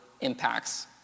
impacts